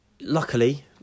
Luckily